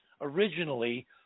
originally